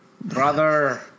Brother